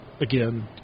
again